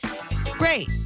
Great